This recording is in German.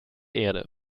erde